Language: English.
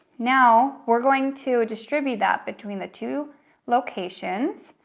now, we're going to distribute that between the two locations,